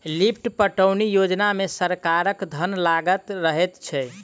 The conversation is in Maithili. लिफ्ट पटौनी योजना मे सरकारक धन लागल रहैत छै